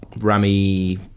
Rami